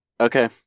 Okay